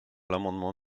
l’amendement